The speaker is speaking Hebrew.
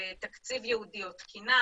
תקציב ייעודי או תקינה